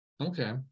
okay